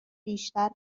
بیشتر